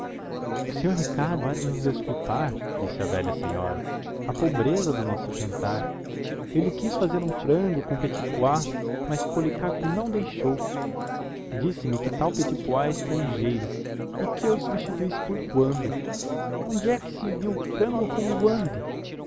o senhor ricardo há de nos desculpar disse a velha senhora a pobreza do nosso jantar eu lhe quis fazer um frango com petit pois mas policarpo não deixou disse-me que esse tal petit pois é estrangeiro e que eu o substituísse por guando onde é que se viu frango com guando